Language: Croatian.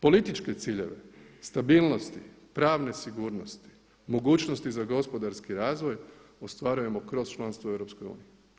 Političke ciljeve, stabilnosti, pravne sigurnosti, mogućnosti za gospodarski razvoj ostvarujemo kroz članstvo u EU.